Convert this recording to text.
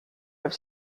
have